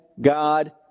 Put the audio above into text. God